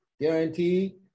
guaranteed